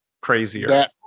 crazier